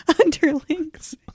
Underlings